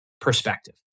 perspective